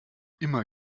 immer